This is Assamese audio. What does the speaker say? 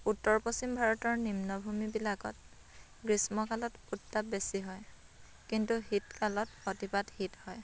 উত্তৰ পশ্চিম ভাৰতৰ নিম্ন ভূমিবিলাকত গ্ৰীষ্মকালত উত্তাপ বেছি হয় কিন্তু শীতকালত অতিপাত শীত হয়